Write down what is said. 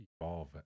evolve